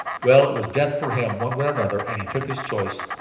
well, it was death for him, one way or another, and he took his choice.